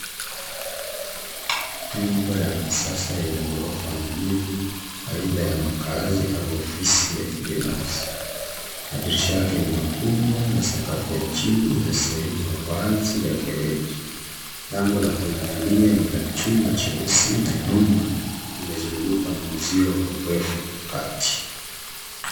Nyumba ya kisasa yenye ghorofa mbili, aidha ya makazi au ofisi ya kibinafsi. Madirisha yake ni makubwa na sakafu ya chini ina sehemu ya wazi ya kereji. Lango la kuingilia ni la chuma cheusi na nyuma imezungukwa na uzio wa urefu wa kati.